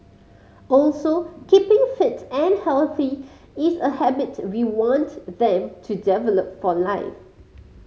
also keeping fit and healthy is a habit we want them to develop for life